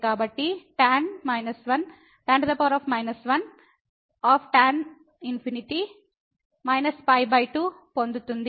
కాబట్టి tan 1 2 పొందుతుంది